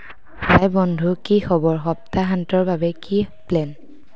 হাই বন্ধু কি খবৰ সপ্তাহান্তৰ বাবে কি প্লেন